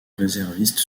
réservistes